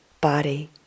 body